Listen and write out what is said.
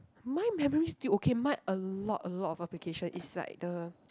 my memory still okay my a lot a lot of application is like the